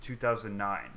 2009